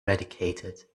eradicated